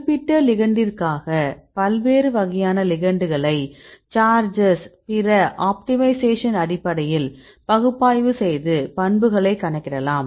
குறிப்பிட்ட லிகெண்டிற்காக பல்வேறு வகையான லிகெண்டுகளை சார்ஜஸ் பிற ஆப்டிமைசேஷன் அடிப்படையில் பகுப்பாய்வு செய்து பண்புகளை கணக்கிடலாம்